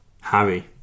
Harry